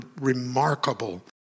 remarkable